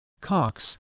Cox